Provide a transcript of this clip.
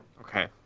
Okay